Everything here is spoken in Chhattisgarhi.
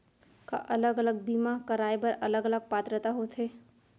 का अलग अलग बीमा कराय बर अलग अलग पात्रता होथे?